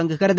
தொடங்குகிறது